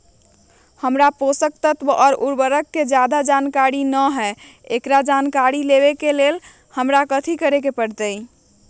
हमरा पोषक तत्व और उर्वरक के ज्यादा जानकारी ना बा एकरा जानकारी लेवे के खातिर हमरा कथी करे के पड़ी?